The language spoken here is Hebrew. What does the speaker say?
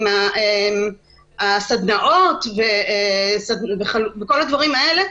הסדנאות וכל הדברים האלה,